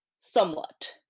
Somewhat